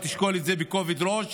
שתשקול את זה בכובד ראש